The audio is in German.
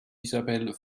isabel